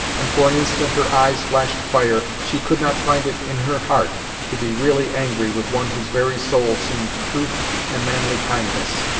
and for an instant her eyes flashed fire, she could not find it in her heart to be really angry with one whose very soul seemed truth and manly kindness.